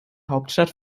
hauptstadt